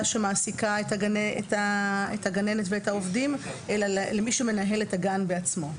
שמעסיקה את הגננת ואת העובדים אלא למי שמנהל את הגן בעצמו.